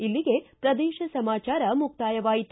ಇಲ್ಲಿಗೆ ಪ್ರದೇಶ ಸಮಾಚಾರ ಮುಕ್ತಾಯವಾಯಿತು